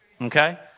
Okay